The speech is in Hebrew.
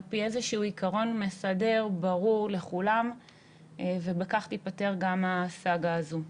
על פי איזה שהוא עיקרון מסדר ברור לכולם ובכך תיפתר גם הסאגה הזו.